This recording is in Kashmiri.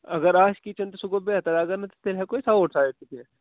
اَگر آسہِ کِچن تہٕ سُہ گوٚو بہتر اگر نہٕ تہٕ تیٚلہِ ہٮ۪کو أسۍ آوُٹ سایڈ تہِ بِہِتھ